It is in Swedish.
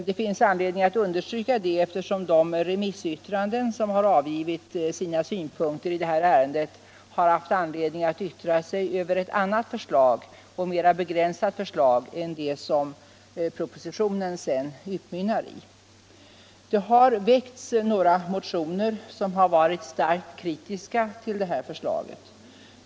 Det finns anledning understryka detta eftersom de remissmyndigheter som har hörts i det här ärendet har haft anledning att yttra sig över ett annat och mera begränsat förslag än det som propositionen sedan utmynnade i. Det har väckts några motioner som varit starkt kritiska till förslaget i propositionen.